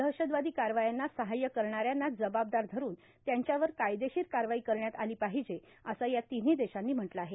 दहशतवादी कारवायांना सहाय्य करणाऱ्यांना जबाबदार धरून त्यांच्यावर कायदेशीर कारवाई करण्यात आली पाहिजे असं या तिन्ही देशांनी म्हटलं आहे